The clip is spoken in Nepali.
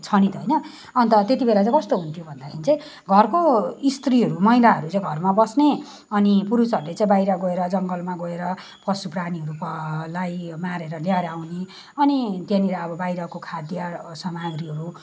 छ नि त होइन अनि त त्यस्तो बेला कस्तो हुन्थ्यो भन्दाखेरि चाहिँ घरको स्त्रीहरू महिलाहरू चाहिँ घरमा बस्ने अनि पुरुषहरूले चाहिँ बाहिर गएर जङ्गमा गएर पशु प्राणीहरू लाई मारेर ल्याएर आउने अनि त्यहाँनिर अब बाहिरको खाद्य सामग्रीहरू